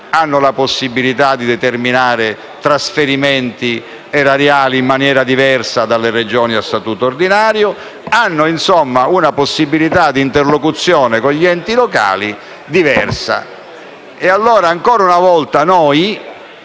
hanno la possibilità di determinare trasferimenti erariali in maniera diversa dalle Regioni a statuto ordinario: hanno, insomma, una possibilità diversa di interlocuzione con gli enti locali. Noi, ancora una volta,